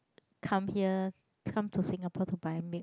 come here come to Singapore to buy milk